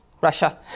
Russia